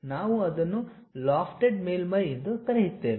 ನಾವು ಅದನ್ನು ಲಾಫ್ಟೆಡ್ ಮೇಲ್ಮೈ ಎಂದು ಕರೆಯುತ್ತೇವೆ